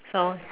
so